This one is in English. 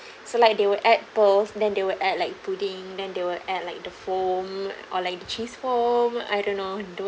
so like they will add pearls then they will add like pudding then they will add like the foam or like the cheese foam I don't know